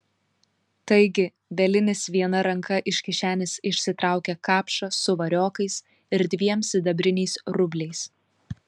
taigi bielinis viena ranka iš kišenės išsitraukė kapšą su variokais ir dviem sidabriniais rubliais